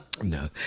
No